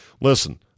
Listen